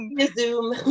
Zoom